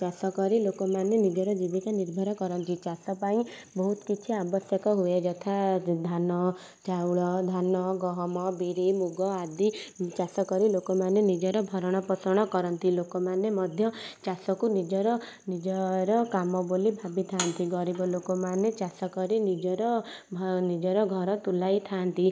ଘ ଚାଷ କରି ଲୋକମାନେ ନିଜର ଜୀବିକା ନିର୍ଭର କରନ୍ତି ଚାଷ ପାଇଁ ବହୁତ କିଛି ଆବଶ୍ୟକ ହୁଏ ଯଥା ଧାନ ଚାଉଳ ଧାନ ଗହମ ବିରି ମୁଗ ଆଦି ଚାଷ କରି ଲୋକମାନେ ନିଜର ଭରଣ ପୋଷଣ କରନ୍ତି ଲୋକମାନେ ମଧ୍ୟ ଚାଷକୁ ନିଜର ନିଜର କାମ ବୋଲି ଭାବିଥାନ୍ତି ଗରିବ ଲୋକମାନେ ଚାଷ କରି ନିଜର ଭ ନିଜର ଘର ତୁଲାଇ ଥାଆନ୍ତି